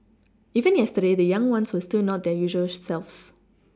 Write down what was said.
even yesterday the young ones were still not their usual selves